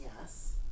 Yes